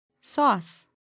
Sauce